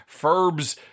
Ferbs